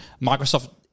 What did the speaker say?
Microsoft